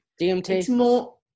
DMT